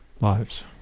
lives